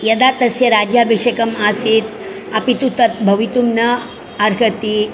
यदा तस्य राज्याभिषेकम् आसीत् अपि तत् भवितुं न अर्हति